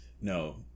No